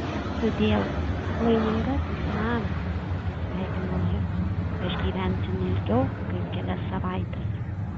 sudieu laimingasis name atsisveikino ji aš gyvensiu ne ilgiau kaip kelias savaites